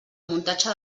muntatge